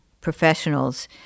professionals